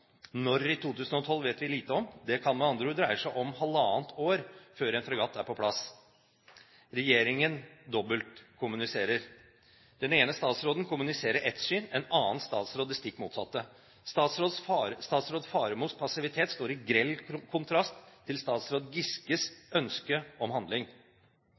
Når i 2012 vet vi lite om. Det kan med andre ord dreie seg om halvannet år før en fregatt er på plass. Regjeringen dobbeltkommuniserer. Den ene statsråden kommuniserer ett syn, en annen statsråd det stikk motsatte. Statsråd Faremos passivitet står i grell kontrast til statsråd Giskes ønske om handling.